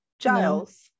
Giles